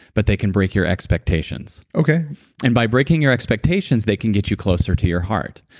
but they can break your expectations okay and by breaking your expectations, they can get you closer to your heart.